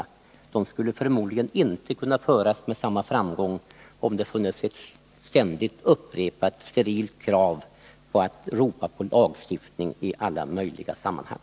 Den debatten skulle förmodligen inte kunna föras med samma framgång om det funnes ett ständigt upprepat sterilt krav som innebar att man ropade på lagstiftning i alla möjliga sammanhang.